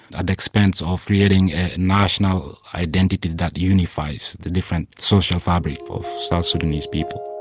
at the expense of creating a national identity that unifies the different social fabric of south sudanese people.